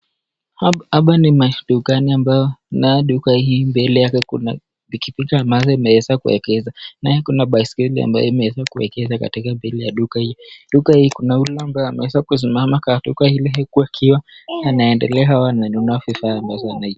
Hapa ni madukani ambao kunao duka hii mbili Kuna bikibiki ambao umeweza kuegezwa. Naye Kuna baiskeli ambaye katika mbele ya duka. Duka hii Kuna mtu ambaye ameweza kisimama kando, huku akiendelea kununua vitu ambazo anataka.